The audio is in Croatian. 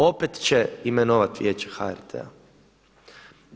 Opet će imenovat Vijeće HRT-a.